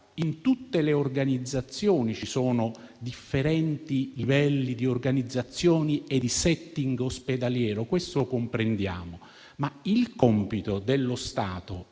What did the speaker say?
In tutte le strutture ci sono differenti livelli di organizzazione e di *setting* ospedaliero - lo comprendiamo - ma il compito dello Stato